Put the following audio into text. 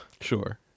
Sure